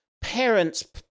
parents